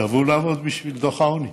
תבואו לעבוד בשביל דוח העוני.